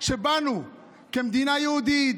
בנו כמדינה יהודית,